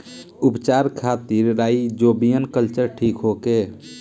उपचार खातिर rhizobium culture ठीक होखे?